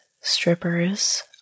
strippers